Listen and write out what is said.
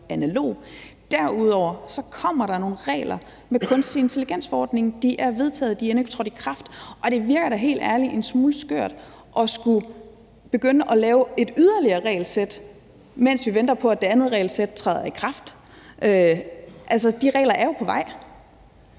Derudover kommer der nogle regler med kunstig intelligens-forordningen. De er vedtaget, de er endnu ikke trådt i kraft. Og det virker da helt ærligt en smule skørt at skulle begynde at lave et yderliere regelsæt, mens vi venter på, at det andet regelsæt træder i kraft. Altså, de regler er jo på vej.